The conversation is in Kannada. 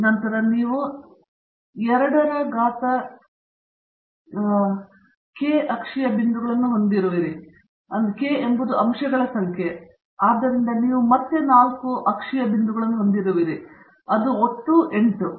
ನಂತರ ನೀವು 2 ಕೆ ಅಕ್ಷೀಯ ಬಿಂದುಗಳನ್ನು ಹೊಂದಿರುವಿರಿ k ಎಂಬುದು ಅಂಶಗಳ ಸಂಖ್ಯೆ ಆದ್ದರಿಂದ ನೀವು ಮತ್ತೆ 4 ಅಕ್ಷೀಯ ಬಿಂದುಗಳನ್ನು ಹೊಂದಿರುವಿರಿ ಅದು ಒಟ್ಟು 8